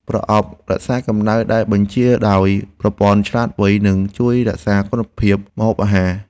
ប្រអប់រក្សាកម្ដៅដែលបញ្ជាដោយប្រព័ន្ធឆ្លាតវៃ នឹងជួយរក្សាគុណភាពម្ហូបអាហារ។